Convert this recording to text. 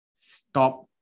stop